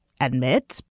admit